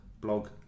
blog